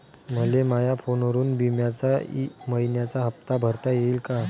मले माया फोनवरून बिम्याचा मइन्याचा हप्ता भरता येते का?